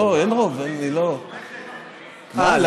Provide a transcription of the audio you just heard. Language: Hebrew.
היא לא נפלה מהכיסא.